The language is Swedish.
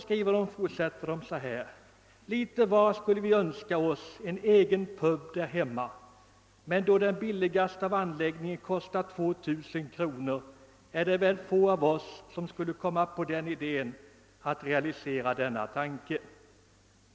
Vidare heter det i brevet: »Lite var skulle vi önska oss en egen pub där hemma, men då den billigaste av anläggningar kostar 2 000 kronor, är det väl få av oss, som skulle komma på idén att realisera denna tanke.